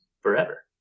forever